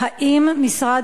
האם משרד